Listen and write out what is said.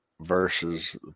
versus